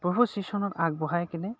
প্ৰভু শ্ৰীচৰণত আগবঢ়াই কেনে